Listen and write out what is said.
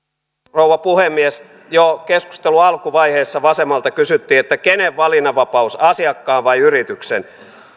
rouva puhemies jo keskustelun alkuvaiheessa vasemmalta kysyttiin että kenen valinnanvapaus asiakkaan vai yrityksen